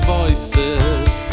voices